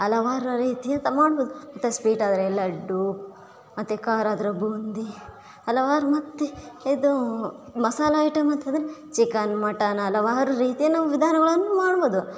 ಹಲವಾರು ರೀತಿಯಂಥ ಮಾಡಬೋದು ಮತ್ತು ಸ್ವೀಟ್ ಆದರೆ ಲಡ್ಡು ಮತ್ತು ಖಾರ ಆದರೆ ಬುಂದಿ ಹಲವಾರು ಮತ್ತೆ ಇದು ಮಸಾಲೆ ಐಟಮ್ ಅಂತಂದ್ರೆ ಚಿಕನ್ ಮಟನ್ ಹಲವಾರು ರೀತಿಯನ್ನು ವಿಧಾನಗಳನ್ನು ಮಾಡಬೌದು